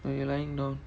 you're lying down